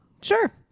Sure